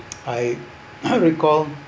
I recall